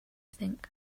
think